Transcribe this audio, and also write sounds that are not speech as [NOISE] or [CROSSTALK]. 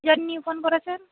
[UNINTELLIGIBLE] phone করেছেন